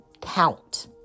count